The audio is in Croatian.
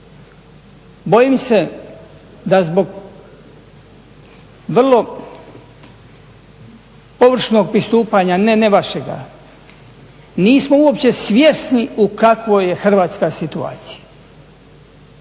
Bojim se da zbog vrlo površnog pristupanja, ne vašega, nismo uopće svjesni u kakvoj je Hrvatska situaciji.